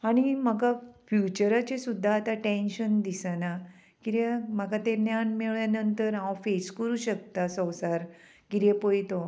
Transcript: आनी म्हाका फ्युचराचेर सुद्दा आतां टेंशन दिसना कित्याक म्हाका तें ज्ञान मेळ्ळे नंतर हांव फेस करूं शकता संवसार किदें पय तो